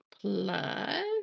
plus